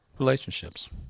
relationships